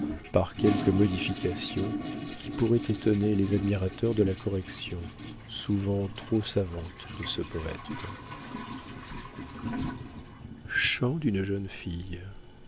par quelques modifications qui pourraient étonner les admirateurs de la correction souvent trop savante de ce poëte chant d'une jeune fille